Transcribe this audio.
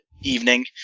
evening